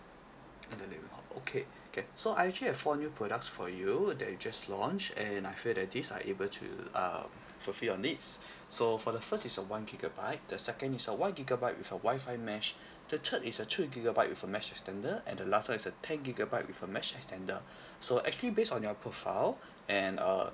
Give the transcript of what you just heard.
in the living hall okay can so I actually have four new products for you that we just launched and I feel that these are able to uh fulfil your needs so for the first is a one gigabyte the second is a one gigabyte with a wi-fi mesh the third is a two gigabyte with a mesh extender and the last one is a ten gigabyte with a mesh extender so actually based on your profile and err